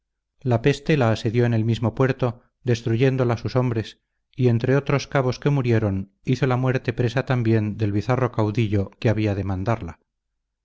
la peste la asedió en el mismo puerto destruyéndola sus hombre y entre otros cabos que murieron hizo la muerte presa también del bizarro caudillo que había